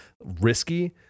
risky